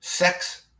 Sex